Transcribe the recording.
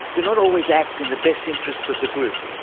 do not always act in the best interests of the group.